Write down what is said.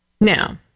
Now